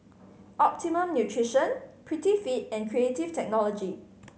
Optimum Nutrition Prettyfit and Creative Technology